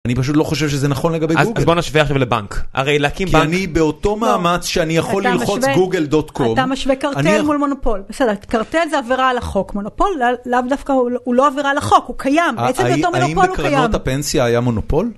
אני פשוט לא חושב שזה נכון לגבי גוגל. אז בוא נשווה עכשיו לבנק, הרי להקים בנק. כי אני באותו מאמץ שאני יכול ללחוץ google.com. אתה משווה קרטל מול מונופול, בסדר, קרטל זה עבירה על החוק, מונופול לאו דווקא, הוא לא עבירה על החוק, הוא קיים. עצם באותו מונופול הוא קיים. האם לקרנות הפנסיה היה מונופול?